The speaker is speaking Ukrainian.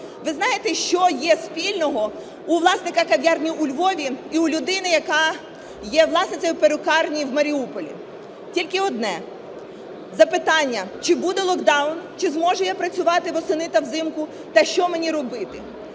Ви знаєте, що є спільного у власника кав'ярні у Львові і у людини, яка є власницею перукарні в Маріуполі? Тільки одне – запитання: чи буде локдаун, чи зможу я працювати восени та взимку та що мені робити?